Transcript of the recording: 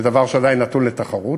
וזה דבר שעדיין נתון לתחרות,